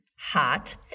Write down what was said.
hot